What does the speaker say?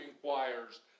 choirs